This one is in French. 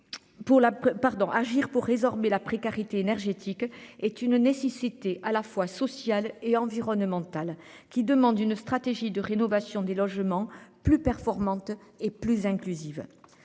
agir pour résorber la précarité énergétique est une nécessité à la fois social et environnemental, qui demande une stratégie de rénovation des logements plus performante et plus inclusive.